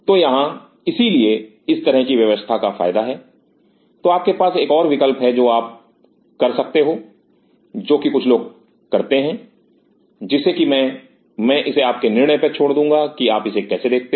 तो यहां इसलिए इस तरह की व्यवस्था का फायदा है तो आपके पास एक और विकल्प है जो आप कर सकते हो जो कि कुछ लोग करते हैं जिसे कि मैं Refer Time 0901 मैं इसे आप के निर्णय पर छोड़ दूंगा कि आप इसे कैसे देखते हो